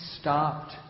stopped